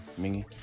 Mingy